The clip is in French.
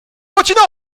continent